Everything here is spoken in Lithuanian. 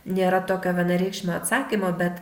nėra tokio vienareikšmio atsakymo bet